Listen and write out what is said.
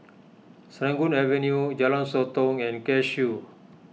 Serangoon Avenue Jalan Sotong and Cashew